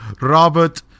Robert